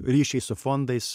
ryšiais su fondais